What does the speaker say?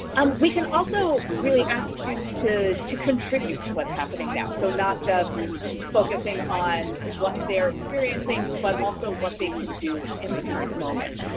um we can also really ask students to to contribute to what's happening now, so not just focusing on what they're experiencing, but also what they can do in the current moment.